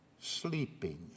Sleeping